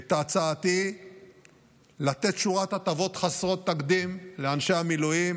את הצעתי לתת שורת הטבות חסרות תקדים לאנשי המילואים